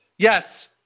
Yes